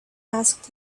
asked